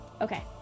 Okay